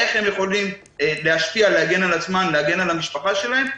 איך הם יכולים להשפיע ולהגן על עצמם ולהגן על המשפחה שלהם,